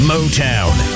Motown